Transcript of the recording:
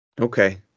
Okay